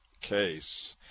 case